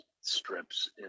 strips